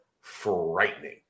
frightening